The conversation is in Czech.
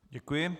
Děkuji.